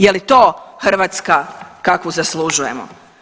Je li to Hrvatska kakvu zaslužujemo?